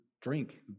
drink